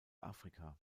afrika